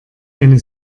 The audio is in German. eine